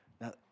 Now